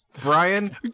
Brian